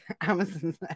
Amazon's